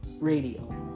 radio